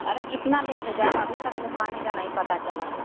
अरे कितना लेट हो जाएगा अभी तक ले पानी का नहीं पता चला